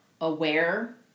aware